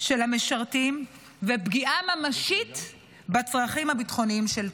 של המשרתים ופגיעה ממשית בצרכים הביטחוניים של צה"ל.